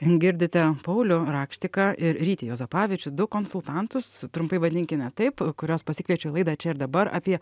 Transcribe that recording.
girdite paulių rakštiką ir rytį juozapavičių du konsultantus trumpai vadinkime taip kuriuos pasikviečiau į laidą čia ir dabar apie